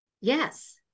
Yes